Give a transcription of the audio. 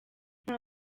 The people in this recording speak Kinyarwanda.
nta